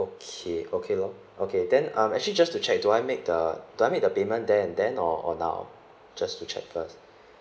okay okay lor okay then um actually just to check do I make the do I make the payment there and then or or now just to check first